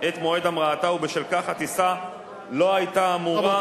את מועד המראתה ובשל כך הטיסה לא היתה אמורה להמריא באותו מועד.